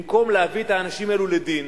במקום להביא את האנשים האלה לדין,